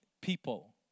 people